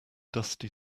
dusty